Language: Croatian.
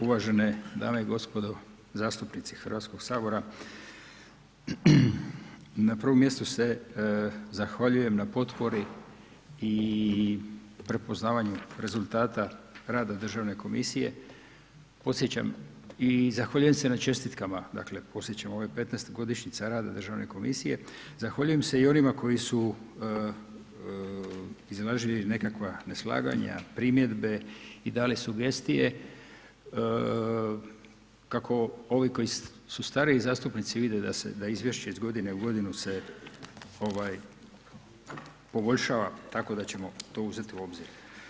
Uvažene dame i gospodo zastupnici Hrvatskog sabora, na prvom mjestu se zahvaljujem na potpori i prepoznavanju rezultata rada državne komisije, podsjećam i zahvaljujem se na čestitka, dakle podsjećam ovo je 15-to godišnjica rada državne komisije, zahvaljujem se i onima koji su izrazili nekakva neslaganja, primjedbe i dali sugestije kako ovi koji su stariji zastupnici vide da izvješće iz godine u godinu se ovaj poboljšava tako da ćemo to uzeti u obzir.